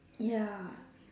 ya